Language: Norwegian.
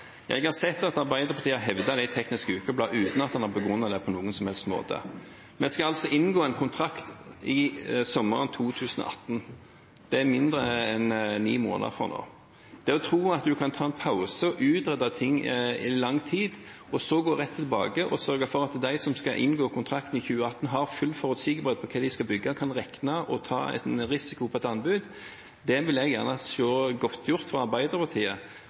Jeg har sett at Arbeiderpartiet har hevdet det i Teknisk Ukeblad, uten at man har begrunnet det på noen som helst måte. Vi skal altså inngå en kontrakt sommeren 2018 – det er mindre enn ni måneder fra nå. Det å tro at en kan ta en pause og utrede ting i lang tid og så gå rett tilbake og sørge for at de som skal inngå kontrakten i 2018, har full forutsigbarhet for hva de skal bygge, kan regne og ta risiko på et anbud, vil jeg gjerne se godtgjort fra Arbeiderpartiet